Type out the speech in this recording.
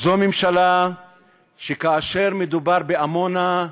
זו ממשלה שכאשר מדובר בעמונה,